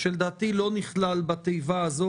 שלדעתי לא נכלל בתיבה הזאת,